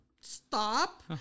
stop